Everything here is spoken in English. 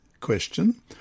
Question